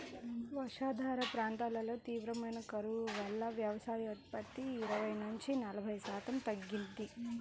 వర్షాధార ప్రాంతాల్లో తీవ్రమైన కరువు వల్ల వ్యవసాయోత్పత్తి ఇరవై నుంచి నలభై శాతం తగ్గింది